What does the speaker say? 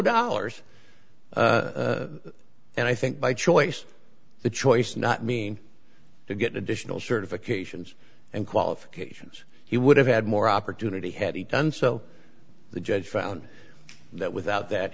dollars and i think by choice the choice not mean to get additional certifications and qualifications he would have had more opportunity had he done so the judge found that without that